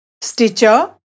Stitcher